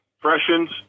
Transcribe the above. freshens